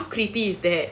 okay how creepy is that